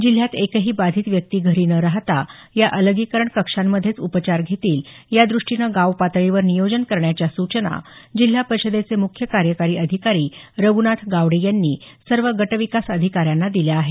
जिल्ह्यात एकही बाधीत व्यक्ति घरी न राहता या अलगीकरण कक्षांमध्येच उपचार घेतील यादृष्टीनं गाव पातळीवर नियोजन करण्याच्या सूचना जिल्हा परिषदेचे मुख्य कार्यकारी अधिकारी रघुनाथ गावडे यांनी सर्व गट विकास अधिकाऱ्यांना दिल्या आहेत